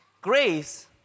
Grace